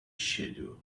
schedule